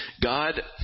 God